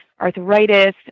arthritis